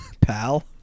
pal